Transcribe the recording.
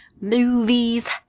Movies